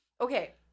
Okay